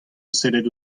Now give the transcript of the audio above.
sellet